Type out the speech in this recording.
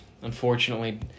unfortunately